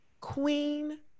Queen